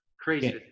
crazy